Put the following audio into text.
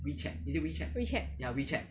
WeChat